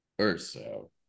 urso